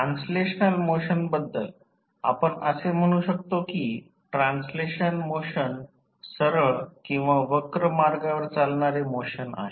translational motion बद्दल आपण असे म्हणू शकतो की ट्रान्सलेशनल मोशन सरळ किंवा वक्र मार्गावर चालणारे मोशन आहे